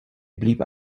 blieb